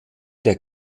der